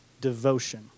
devotion